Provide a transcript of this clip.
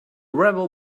rebel